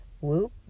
whoop